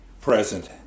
present